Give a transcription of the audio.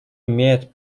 имеет